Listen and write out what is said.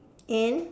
and